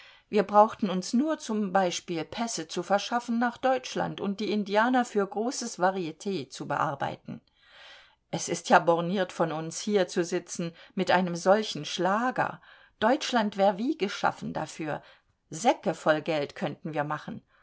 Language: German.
wir brauchten uns nur zum beispiel pässe zu verschaffen nach deutschland und die indianer für großes variet zu bearbeiten es ist ja borniert von uns hier zu sitzen mit einem solchen schlager deutschland wär wie geschaffen dafür säcke voll geld könnten wir machen